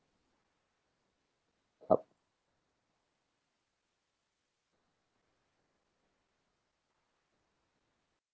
up